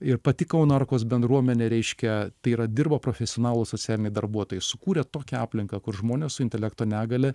ir pati kauno arkos bendruomenė reiškia tai yra dirba profesionalūs socialiniai darbuotojai sukūrė tokią aplinką kur žmonės su intelekto negalia